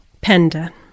Panda